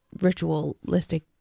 ritualistic